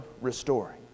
restoring